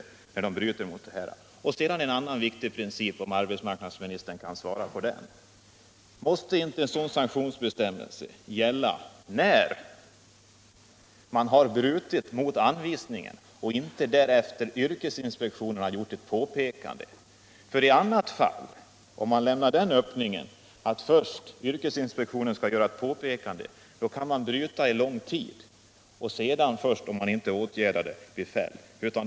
En annan principfråga, där jag skulle vilja ha ett besked från arbetsmarknadsministern, om han kan lämna ett sådant, är följande: Måste inte en sanktionsbestämmelse äga tillämpning på ett företag som brutit mot en anvisning men som inte har fått något påpekande från yrkesinspektionen? Om yrkesinspektionen först skall göra ett påpekande, kan ju företaget bryta mot bestämmelsen under lång tid och kan fällas först efter att ha underlåtit åtgärd efter ett sådant påpekande.